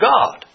God